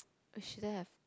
you shouldn't have